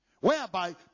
whereby